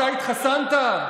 אתה התחסנת?